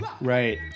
Right